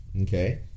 Okay